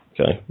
Okay